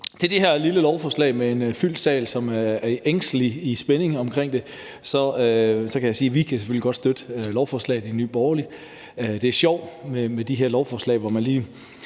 Om det her lille lovforslag med en fyldt sal, som venter i ængstelig spænding, kan jeg sige, at vi selvfølgelig godt kan støtte lovforslaget i Nye Borgerlige. Det er sjovt med de her lovforslag. Nu er jeg